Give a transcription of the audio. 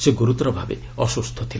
ସେ ଗୁରୁତର ଭାବେ ଅସୁସ୍ଥ ଥିଲେ